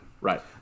right